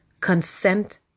consent